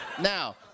Now